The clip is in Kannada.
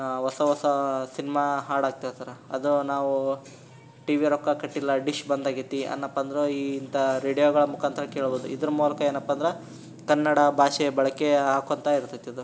ಹೊಸ ಹೊಸಾ ಸಿನ್ಮಾ ಹಾಡು ಹಾಕ್ತಿರ್ತಾರೆ ಅದು ನಾವೂ ಟಿವಿ ರೊಕ್ಕ ಕಟ್ಟಿಲ್ಲ ಡಿಶ್ ಬಂದಾಗಿದೆ ಅಂದ್ನಪ್ಪ ಅಂದರೂ ಈ ಇಂಥ ರೇಡಿಯೋಗಳ ಮುಖಾಂತ್ರ ಕೇಳ್ಬೋದು ಇದ್ರ ಮೂಲಕ ಏನಪ್ಪ ಅಂದ್ರೆ ಕನ್ನಡ ಭಾಷೆಯ ಬಳಕೆಯ ಆಕ್ಕೊಳ್ತಾ ಇರ್ತದಿದು